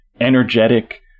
energetic